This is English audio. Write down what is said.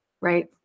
Right